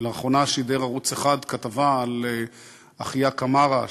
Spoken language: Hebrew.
לאחרונה שידר ערוץ 1 כתבה על אחיה קמארה,